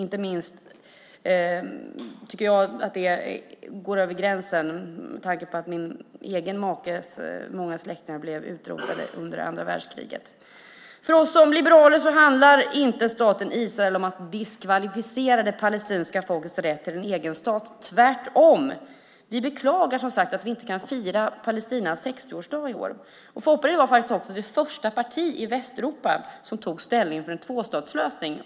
Det tyckte jag passerade gränsen, inte minst med tanke på att många av min makes släktingar blev utrotade under andra världskriget. För oss liberaler handlar frågan om staten Israel inte om att diskvalificera det palestinska folkets rätt till en egen stat. Tvärtom beklagar vi, som sagt, att vi inte kan fira Palestinas 60-årsdag i år. Folkpartiet var faktiskt det första partiet i Västeuropa som tog ställning för en tvåstatslösning.